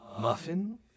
Muffin